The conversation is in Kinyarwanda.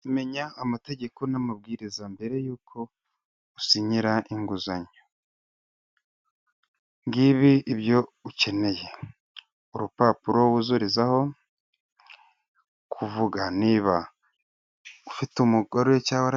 Menya amategeko n'amabwiriza mbere yuko usinyira inguzanyo, ngibi ibyo ukeneye urupapuro wuzurizaho kuvuga niba ufite cyangwa warapfakaye.